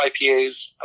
IPAs